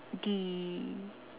the